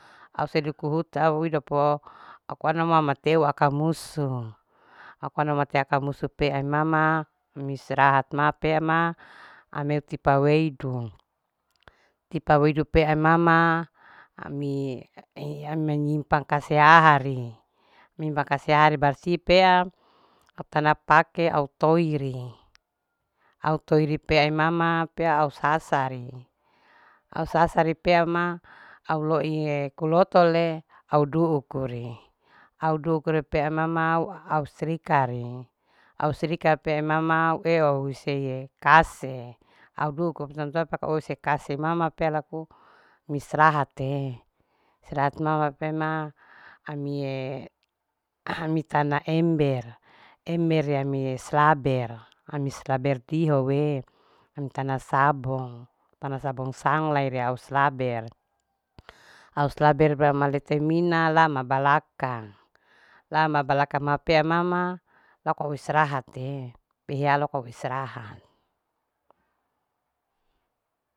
Au sedukuhuta au idopo au kuana mama teu aka musu au kuana mateu aka musu pea mama mi istrahat pea mama ame tipa weidu tipa weidu tipa wei mama ami manyimpang kasi ari. manyimpang kasi ari barsi pea au tana pake au toiri. au toiri pea mama pea au sasare au sasari pe ima au loiye kulotole au duukuri au dukuri pea mama au au strikarae au strika pea mama au ueu huseyeau duku usekase mama pea laku istirahate istirahat mama pe ma amiee ami aha mitana ember. ember yami slaber. ami slaber tihowe amitana sabong tana sabong saglait ria au slaber, au slaber papea ama lete mina lama balakang. lama balakang ma pea mama lakou istirahat te pea lako istirahat.